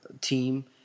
team